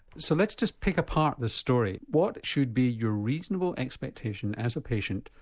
so let's just pick apart this story what should be your reasonable expectation as a patient,